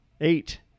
Eight